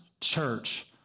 Church